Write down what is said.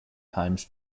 times